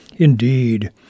Indeed